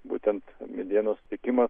būtent medienos tiekimas